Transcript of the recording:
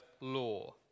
law